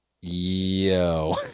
Yo